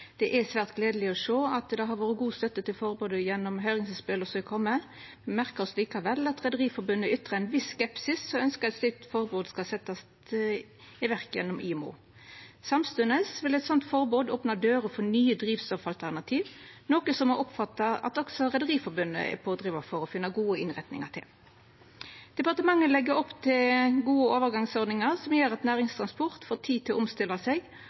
Det er svært gledeleg å sjå at det har vore god støtte til forbodet gjennom høyringsinnspela som har kome. Me merkar oss likevel at Rederiforbundet ytrar ein viss skepsis og ønskjer at eit slikt forbod skal setjast i verk gjennom IMO. Samstundes vil eit slikt forbod opna dører for nye drivstoffalternativ, noko som me oppfattar at også Rederiforbundet er pådrivar for å finna gode innretningar til. Departementet legg opp til gode overgangsordningar som gjer at næringstransport får tid til å omstilla seg,